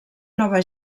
nova